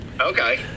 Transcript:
Okay